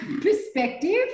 perspective